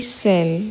cell